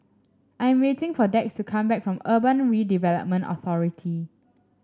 I'm waiting for Dax to come back from Urban Redevelopment Authority